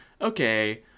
okay